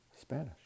Spanish